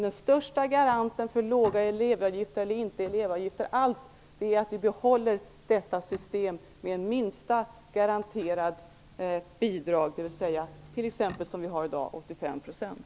Den största garantin för att elevavgifterna skall bli låga eller inte behövas är att vi behåller ett system med en miniminivå på det garanterade bidraget. Det kan t.ex. vara på dagens nivå, 85 %.